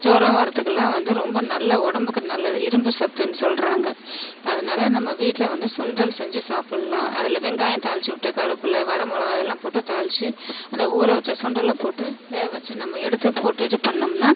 ஜுரம் வரத்துக்கெலாம் வந்து ரொம்ப நல்ல உடம்புக்கு நல்லது இரும்பு சத்துனு சொல்கிறாங்க அதனாலே நம்ம வீட்டில் வந்து சுண்டல் செஞ்சு சாப்பிடலாம் அதில் வெங்காயம் தாளிச்சு விட்டு கருவேப்பிலை வரமிளகாய் இதெல்லாம் போட்டு தாளிச்சு அந்த ஊற வைச்ச சுண்டலை போட்டு வேக வச்சு நம்ம எடுத்து போட்டு இது பண்ணோம்னா